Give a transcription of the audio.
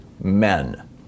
men